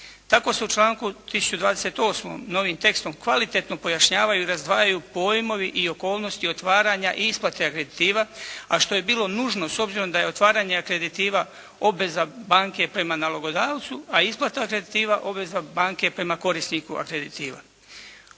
Tako se u članku 1028. novim tekstom kvalitetno pojašnjavaju i razdvajaju pojmovi i okolnosti otvaranja isplate akreditiva, a što je bilo nužno s obzirom da je otvaranje akreditiva obveza banke prema nalogodavcu, a isplata akreditiva obveza banke prema korisniku akreditiva.